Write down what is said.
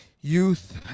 youth